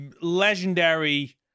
legendary